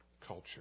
culture